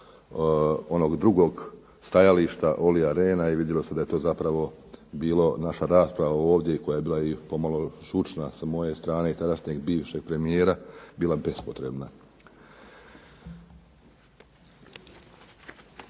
onog drugog stajališta Ollija Rehna i vidilo se da je to zapravo bilo i ova naša rasprava ovdje i koja je bila pomalo žučna sa moje strane i tadašnjeg bivšeg premijera, bila bespotrebna.